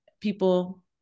People